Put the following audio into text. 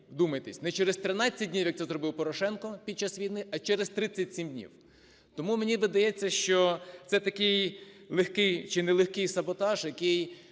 не через 13 днів, як це зробив Порошенко під час війни, а через 37 днів. Тому мені видається, що це такий легкий, чи нелегкий, саботаж, який